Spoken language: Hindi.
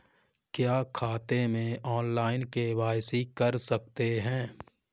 क्या खाते में ऑनलाइन के.वाई.सी कर सकते हैं?